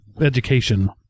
education